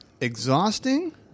exhausting